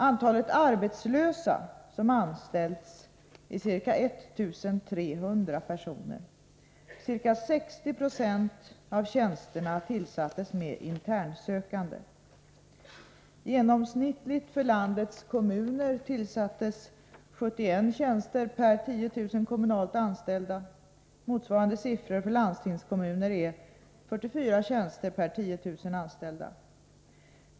Antalet arbetslösa som anställts är ca 1 300. Ca 60 96 av tjänsterna tillsattes med internsökande. Genomsnittligt för landets kommuner tillsattes 71 tjänster per 10 000 kommunalt anställda. Motsvarande siffror för landstingskommuner är 44 tjänster per 10 000 anställda.